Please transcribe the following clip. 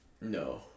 No